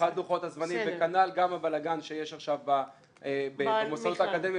מבחינת לוחות הזמנים וכנ"ל גם הבלגן שיש עכשיו במוסדות האקדמיים,